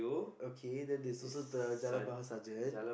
okay then there's also the Jalan-Bahar sergeant